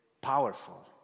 powerful